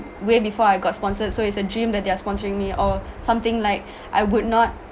way before I got sponsored so it's a dream that they're sponsoring me or something like I would not